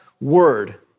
word